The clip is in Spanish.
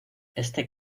este